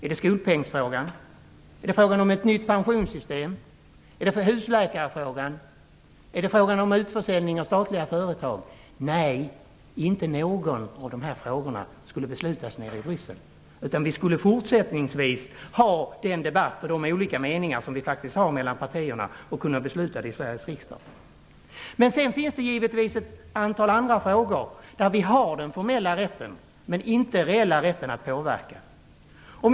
Är det skolpengsfrågan, frågan om ett nytt pensionssystem, husläkarfrågan eller utförsäljningen av statliga företag? Nej, inte någon av dessa frågor skulle beslutas nere i Bryssel, utan vi skulle fortsättningsvis ha den debatt och de olika meningar som vi faktiskt har mellan partierna och kunna besluta om dem i Sveriges riksdag. Men sedan finns det givetvis ett antal frågor där vi har den formella men inte den reella rätten att påverka.